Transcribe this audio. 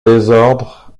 désordre